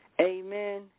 Amen